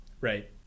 right